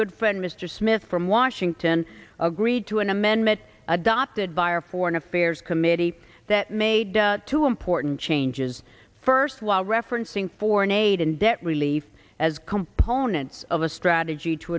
good friend mr smith from washington agreed to an amendment adopted by a foreign affairs committee that made two important changes first while referencing foreign aid and debt relief as components of a strategy to